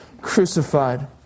crucified